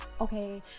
okay